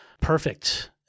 perfect